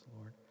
Lord